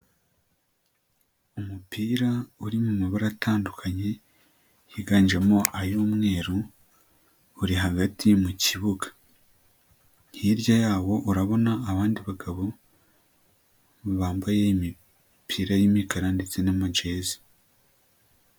Umupira uri mu mabara atandukanye higanjemo ay'umweru uri hagati mu kibuga, hirya yawo urabona abandi bagabo bambaye imipira y'imikara ndetse n'amajezi.